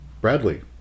Bradley